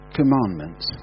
commandments